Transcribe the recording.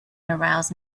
arouse